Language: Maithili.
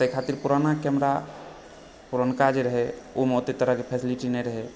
ताहि खातिर पुरना कैमरा पुरनका जे रहै ओहिमे ओते तरहके फैसिलिटी नहि रहै